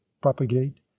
propagate